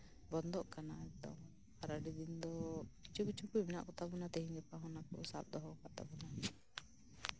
ᱵᱚᱱᱫᱚᱜ ᱠᱟᱱᱟ ᱮᱠᱫᱚᱢ ᱟᱨ ᱟᱹᱰᱤ ᱫᱤᱱ ᱫᱚ ᱠᱤᱪᱷᱩ ᱠᱤᱪᱷᱩ ᱫᱚ ᱢᱮᱱᱟᱜ ᱠᱚᱛᱟ ᱵᱚᱱᱟ ᱛᱮᱦᱤᱧ ᱜᱟᱯᱟ ᱦᱚᱸ ᱥᱟᱵ ᱫᱚᱦᱚ ᱠᱟᱫᱟ